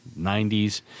90s